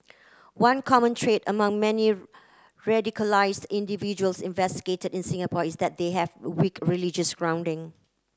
one common trait among many radicalised individuals investigated in Singapore is that they have weak religious grounding